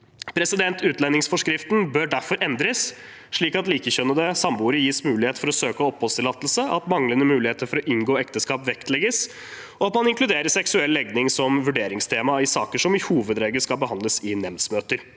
i Norge. Utlendingsforskriften bør derfor endres, slik at likekjønnede samboere gis mulighet til å søke oppholdstillatelse, at manglende muligheter for å inngå ekteskap vektlegges, og at man inkluderer seksuell legning som vurderingstema i saker som i hovedregel skal behandles i nemndsmøter.